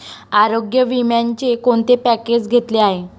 आरोग्य विम्याचे कोणते पॅकेज घेतले आहे?